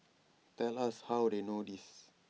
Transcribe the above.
tell us how they know this